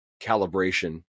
calibration